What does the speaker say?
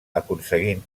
aconseguint